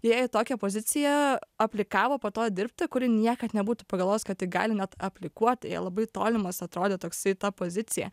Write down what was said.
ėjo į tokią poziciją aplikavo po to dirbti kur ji niekad nebūtų pagalvojus kad taip gali net aplikuoti labai tolimas atrodė toks ta pozicija